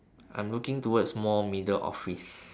I'm looking towards more middle office